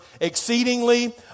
exceedingly